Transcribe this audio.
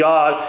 God